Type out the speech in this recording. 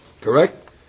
correct